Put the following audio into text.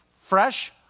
fresh